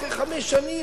אחרי חמש שנים,